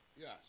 Yes